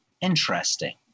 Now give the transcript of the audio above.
interesting